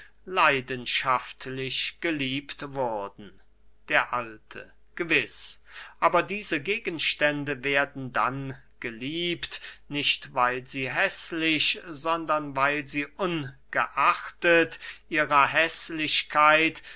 leidenschaftlich geliebt wurden der alte gewiß aber diese gegenstände werden dann geliebt nicht weil sie häßlich sondern weil sie ungeachtet ihrer häßlichkeit